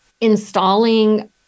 installing